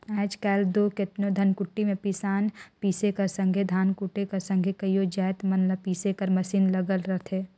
आएज काएल दो केतनो धनकुट्टी में पिसान पीसे कर संघे धान कूटे कर संघे कइयो जाएत मन ल पीसे कर मसीन लगल रहथे